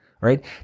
right